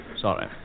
Sorry